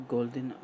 Golden